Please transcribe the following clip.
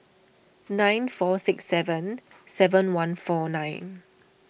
nine four six seven seven one four nine